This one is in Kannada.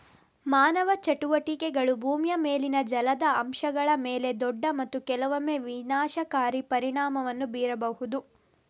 ಮಾನವ ಚಟುವಟಿಕೆಗಳು ಭೂಮಿಯ ಮೇಲಿನ ಜಲದ ಅಂಶಗಳ ಮೇಲೆ ದೊಡ್ಡ ಮತ್ತು ಕೆಲವೊಮ್ಮೆ ವಿನಾಶಕಾರಿ ಪರಿಣಾಮವನ್ನು ಬೀರಬಹುದು